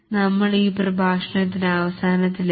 നമ്മൾ ഈ പ്രഭാഷണത്തിന് അവസാനത്തിൽ എത്തി